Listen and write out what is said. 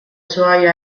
suoi